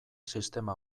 sistema